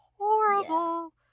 horrible